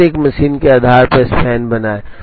प्रत्येक मशीन के आधार पर स्पैन बनाएं